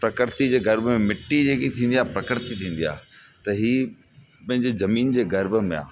प्रकृति जे गर्भ में मिटी जेकी थींदी आहे प्रकृति थींदी आ त हीउ पंहिंजे जमीन जे गर्भ में आहे